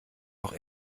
auch